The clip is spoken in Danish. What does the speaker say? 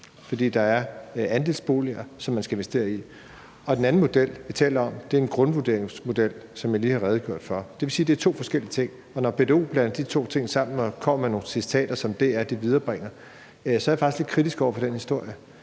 fordi der er andelsboliger, som man skal investere i. Den anden model, vi taler om, er en grundvurderingsmodel, som jeg lige har redegjort for. Det vil sige, at det er to forskellige ting, og når BDO blander de to ting sammen og kommer med nogle citater, som DR viderebringer, så er jeg faktisk lidt kritisk over for den historie.